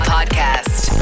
Podcast